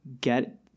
get